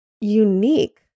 unique